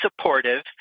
supportive